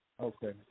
Okay